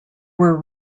were